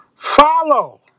Follow